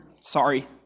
Sorry